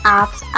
apps